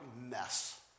mess